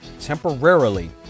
temporarily